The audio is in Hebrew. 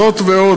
זאת ועוד,